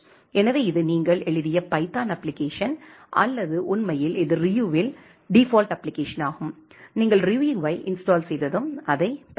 எனவே இது நீங்கள் எழுதிய பைதான் அப்ப்ளிகேஷன் அல்லது உண்மையில் இது ரியூவில் டிபாஃல்ட் அப்ப்ளிகேசனாகும் நீங்கள் ரியூவை இன்ஸ்டால் செய்ததும் அதைப் பெறலாம்